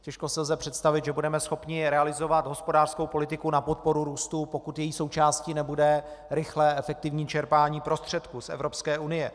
Těžko si lze představit, že budeme schopni realizovat hospodářskou politiku na podporu růstu, pokud její součástí nebude rychlé a efektivní čerpání prostředků z Evropské unie.